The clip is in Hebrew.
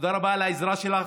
תודה רבה על העזרה שלך.